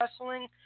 wrestling